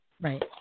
right